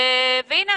והנה,